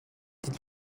did